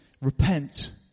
Repent